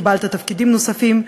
קיבלת תפקידים נוספים.